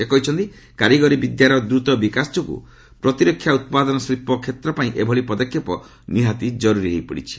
ସେ କହିଛନ୍ତି କାରିଗରି ବିଦ୍ୟାର ଦ୍ରତ ବିକାଶ ଯୋଗୁଁ ପ୍ରତିରକ୍ଷା ଉତ୍ପାଦନ ଶିଳ୍ପ କ୍ଷେତ୍ର ପାଇଁ ଏଭଳି ପଦକ୍ଷେପ ନିହାତି କାରୁରୀ ହୋଇପଡ଼ିଛି